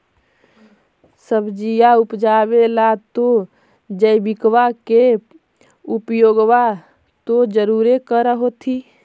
सब्जिया उपजाबे ला तो जैबिकबा के उपयोग्बा तो जरुरे कर होथिं?